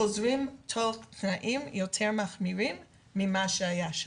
חוזרים תוך תנאים יותר מחמירים ממה שהיה.